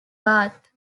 bath